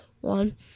one